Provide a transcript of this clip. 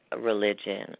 religion